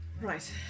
Right